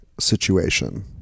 situation